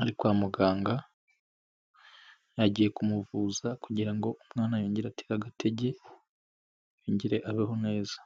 ari kwa muganga, yagiye kumuvuza kugira ngo umwana yongere atere agatege, yongere abeho neza.